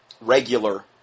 regular